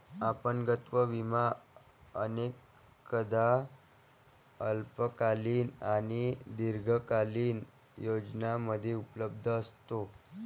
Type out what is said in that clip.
अपंगत्व विमा अनेकदा अल्पकालीन आणि दीर्घकालीन योजनांमध्ये उपलब्ध असतो